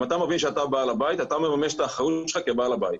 אם אתה מבין שאתה בעל הבית אתה מממש את האחריות שלך כבעל הבית,